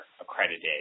accredited